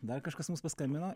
dar kažkas mus paskambino